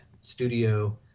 studio